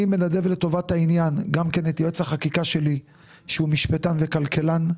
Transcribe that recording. אני מנדב לטובת העניין את יועץ החקיקה שלי שהוא משפטן וכלכלן,